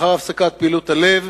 לאחר הפסקת פעילות הלב".